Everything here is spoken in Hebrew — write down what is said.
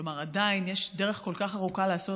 כלומר עדיין יש דרך כל כך ארוכה לעשות